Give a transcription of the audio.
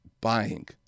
buying